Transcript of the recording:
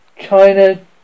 China